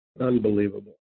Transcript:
unbelievable